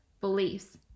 beliefs